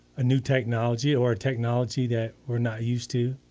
a new technology, or a technology that we're not used to.